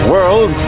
World